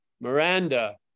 Miranda